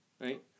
right